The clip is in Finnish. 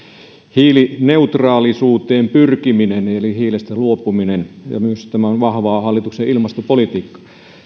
hiilineutraalisuuteen pyrkiminen eli hiilestä luopuminen tämä on myös hallituksen vahvaa ilmastopolitiikkaa